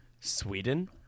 sweden